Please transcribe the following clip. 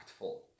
impactful